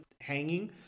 hanging